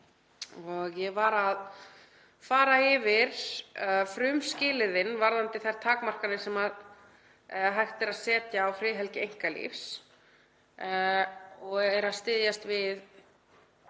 Ég var að fara yfir frumskilyrðin varðandi þær takmarkanir sem hægt er að setja á friðhelgi einkalífs og styðst við